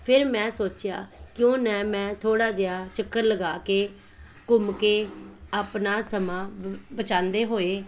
ਫਿਰ ਮੈਂ ਸੋਚਿਆ ਕਿਉਂ ਨਾ ਮੈਂ ਥੋੜ੍ਹਾ ਜਿਹਾ ਚੱਕਰ ਲਗਾ ਕੇ ਘੁੰਮ ਕੇ ਆਪਣਾ ਸਮਾਂ ਬ ਬਚਾਉਂਦੇ ਹੋਏ